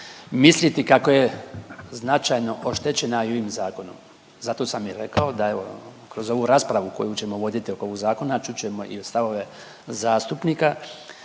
misliti kako je značajno oštećena i ovim zakonom. Zato sam i rekao da evo kroz ovu raspravu koju ćemo voditi oko ovog zakona čut ćemo i stavove zastupnika.